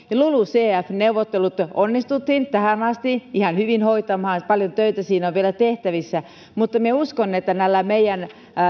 ja lulucf neuvottelut onnistuttiin tähän asti ihan hyvin hoitamaan paljon töitä siinä on vielä tehtävissä mutta minä uskon että näillä meidän